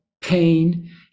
pain